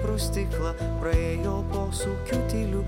pro stiklą praėjo posūkiu tyliu